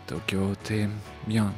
tokio tai jo